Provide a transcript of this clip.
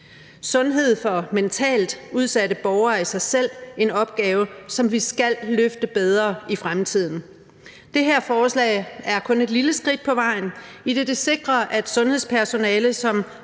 Sundhed for mentalt udsatte borgere er i sig selv en opgave, som vi skal løfte bedre i fremtiden. Det her forslag er kun et lille skridt på vejen, idet det sikrer, at sundhedspersonalet, som